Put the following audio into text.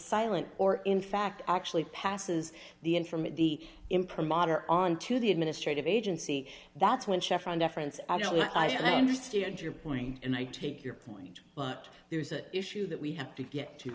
silent or in fact actually passes the in from the imprimatur on to the administrative agency that's when chevron deference i don't know i understand your point and i take your point but there's an issue that we have to get to